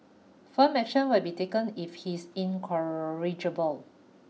firm action will be taken if he is incorrigible